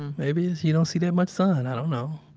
maybe it's you don't see that much sun. i don't know.